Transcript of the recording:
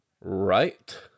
right